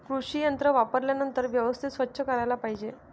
कृषी यंत्रे वापरल्यानंतर व्यवस्थित स्वच्छ करायला पाहिजे